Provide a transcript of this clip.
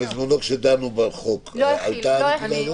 בזמנו כשדנו בחוק הנקודה הזאת עלתה?